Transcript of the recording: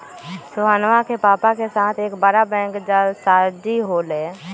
सोहनवा के पापा के साथ एक बड़ा बैंक जालसाजी हो लय